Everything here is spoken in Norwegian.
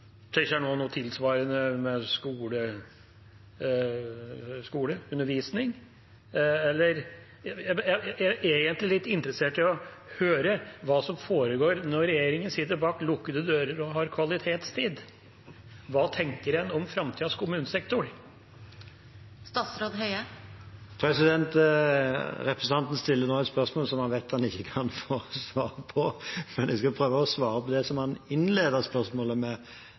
noe tilsvarende som med skole og undervisning – jeg er egentlig litt interessert i å høre hva som foregår når regjeringen sitter bak lukkede dører og har kvalitetstid. Hva tenker en om framtidas kommunesektor? Representanten stiller nå et spørsmål som han vet han ikke kan få svar på. Men jeg kan prøve å svare på det som han innleder spørsmålet med,